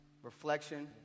reflection